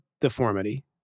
deformity